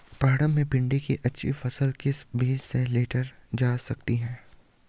पहाड़ों में भिन्डी की अच्छी फसल किस बीज से लीटर जा सकती है?